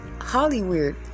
Hollywood